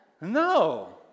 No